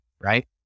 right